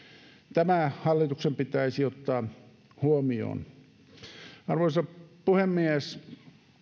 tämä hallituksen pitäisi ottaa huomioon arvoisa puhemies